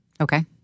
Okay